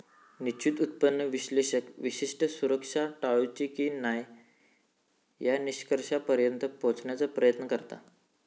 निश्चित उत्पन्न विश्लेषक विशिष्ट सुरक्षा टाळूची की न्हाय या निष्कर्षापर्यंत पोहोचण्याचो प्रयत्न करता